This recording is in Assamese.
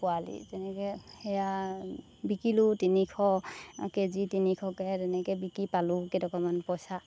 পোৱালি তেনেকৈ সেয়া বিকিলোঁ তিনিশ কেজি তিনিশকৈ তেনেকৈ বিকি পালোঁ কেইটকামান পইচা